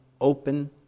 open